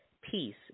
Peace